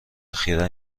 اخیرا